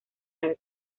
arte